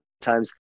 times